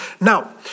now